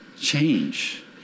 change